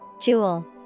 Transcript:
jewel